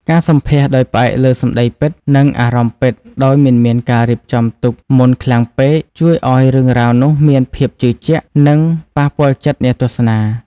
ការសម្ភាសន៍ដោយផ្អែកលើសម្ដីពិត និងអារម្មណ៍ពិតដោយមិនមានការរៀបចំទុកមុនខ្លាំងពេក ជួយឱ្យរឿងរ៉ាវនោះមានភាពជឿជាក់ និងប៉ះពាល់ចិត្តអ្នកទស្សនា។